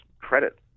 credit